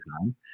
time